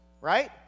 right